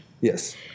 Yes